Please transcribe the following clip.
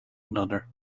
another